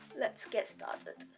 let's get started